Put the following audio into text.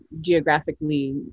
geographically